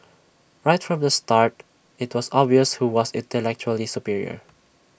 right from the start IT was obvious who was intellectually superior